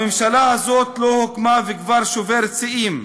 הממשלה הזאת לא הוקמה וכבר שוברת שיאים.